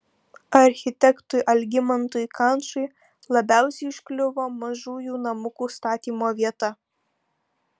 architektui algimantui kančui labiausiai užkliuvo mažųjų namukų statymo vieta